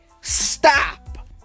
stop